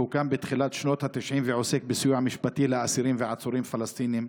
שהוקם בתחילת שנות התשעים ועוסק בסיוע משפטי לאסירים ועצורים פלסטינים,